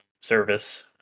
service